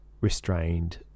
restrained